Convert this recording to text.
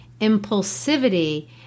impulsivity